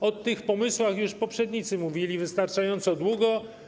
O tych pomysłach już poprzednicy mówili wystarczająco długo.